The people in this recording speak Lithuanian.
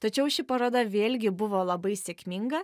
tačiau ši paroda vėlgi buvo labai sėkminga